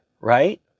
right